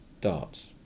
darts